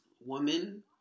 woman